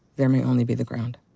there may only be the ground.